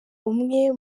umwe